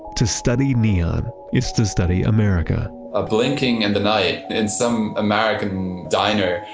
to study neon is to study america a blinking in the night in some american diner,